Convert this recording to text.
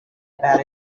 about